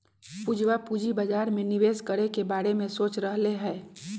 पूजवा पूंजी बाजार में निवेश करे के बारे में सोच रहले है